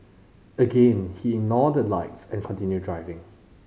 again he ignored the lights and continued driving